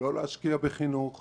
אני צריך להיות במקום הנכון.